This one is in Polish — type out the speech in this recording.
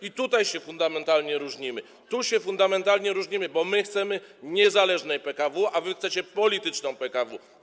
I tutaj się fundamentalnie różnimy, tu się fundamentalnie różnimy, bo my chcemy niezależną PKW, a wy chcecie polityczną PKW.